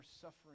suffering